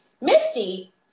Misty